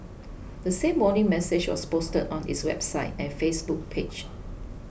the same warning message was posted on its website and Facebook page